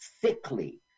sickly